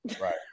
right